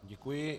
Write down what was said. Děkuji.